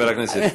חבר הכנסת חסון.